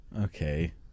Okay